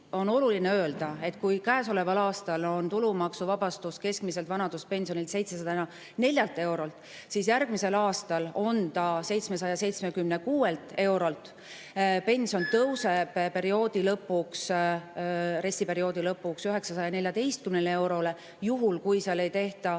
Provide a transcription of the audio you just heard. on oluline öelda, et käesoleval aastal on tulumaksuvabastus keskmiselt vanaduspensionilt 704 eurolt, aga järgmisel aastal on see 776 eurolt. Pension tõuseb RES-i perioodi lõpuks 914 eurole, juhul kui ei tehta